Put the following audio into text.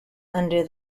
under